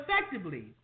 effectively